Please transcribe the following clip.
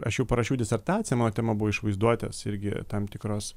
aš jau parašiau disertaciją mano tema buvo iš vaizduotės irgi tam tikros